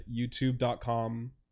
youtube.com